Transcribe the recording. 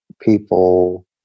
people